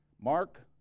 Mark